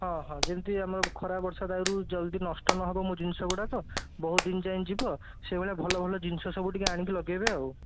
ହଁ ହଁ ଯେମିତି ଆମକୁ ଖରା ବର୍ଷା ଦାଉରୁ ଜଲ୍ଦି ନଷ୍ଟ ନ ହେବ ମୋ ଜିନିଷ ଗୁଡ଼ାକ ବହୁତ ଦିନ ଯାଏଁ ଯିବ ସେ ଭଳିଆ ଭଲ ଭଲ ଜିନିଷ ସବୁ ଟିକିଏ ଆଣିକି ଲଗେଇବେ ଆଉ